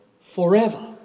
forever